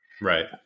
Right